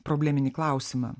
probleminį klausimą